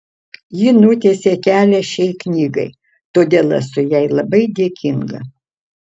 ji nutiesė kelią šiai knygai todėl esu jai labai dėkinga